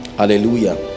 Hallelujah